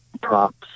props